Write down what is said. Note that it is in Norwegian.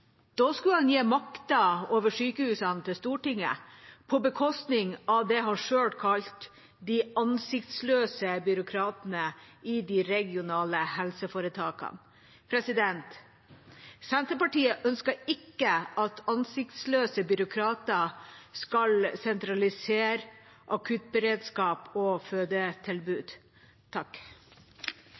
Da skulle han gi makta over sykehusene til Stortinget på bekostning av det han selv kalte de ansiktsløse byråkratene i de regionale helseforetakene. Senterpartiet ønsker ikke at ansiktsløse byråkrater skal sentralisere akuttberedskap og fødetilbud.